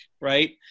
right